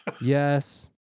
yes